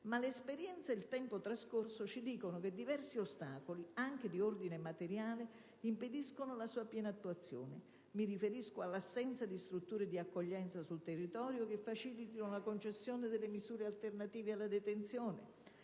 ma l'esperienza e il tempo trascorso ci dicono che diversi ostacoli, anche di ordine materiale, impediscono la sua piena attuazione. Mi riferisco all'assenza di strutture di accoglienza sul territorio che facilitino la concessione delle misure alternative alla detenzione.